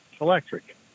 Electric